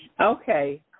Okay